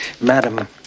Madam